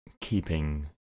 keeping